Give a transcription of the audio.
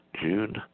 June